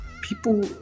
people